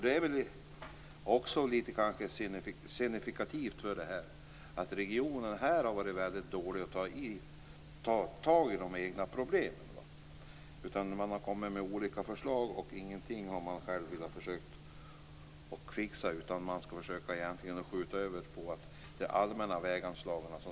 Det är litet signifikativt för det hela att regionerna varit väldigt dåliga på att ta itu med de egna problemen. Man har kommit med olika förslag. Ingenting har man själv försökt fixa, utan man har försökt skjuta över det på de allmänna väganslagen.